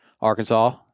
Arkansas